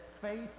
faith